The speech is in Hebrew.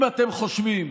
אם אתם חושבים